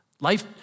Life